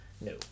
No